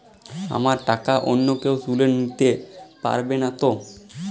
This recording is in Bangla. আমার টাকা অন্য কেউ তুলে নিতে পারবে নাতো?